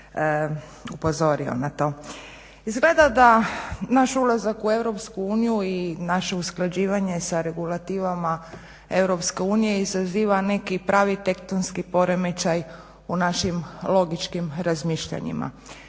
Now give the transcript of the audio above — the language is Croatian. upozorio na to. Izgleda da naš ulazak u Europsku uniju i naše usklađivanje sa regulativama Europske unije izaziva neki pravi tektonski poremećaj u našim logičkim razmišljanjima.